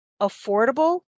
affordable